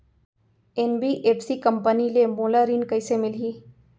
NBFC company ले मोला ऋण कइसे मिलही?